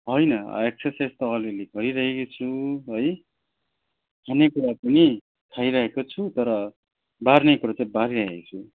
होइन एक्सर्साइज त अलिअलि गरिरहेकै छु है हुने कुरा पनि खाइरहेको छु तर बार्ने कुरा चाहिँ बारिरहेको छु